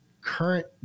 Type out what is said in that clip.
current